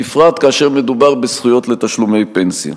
בפרט כאשר מדובר בזכויות לתשלומי פנסיה,